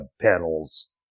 panels